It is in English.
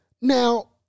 now